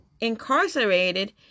incarcerated